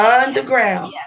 underground